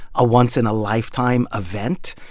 a once-in-a-lifetime event.